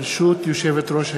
ברשות יושבת-ראש הישיבה,